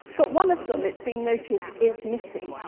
but one of them, it's been noted, is missing,